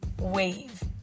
wave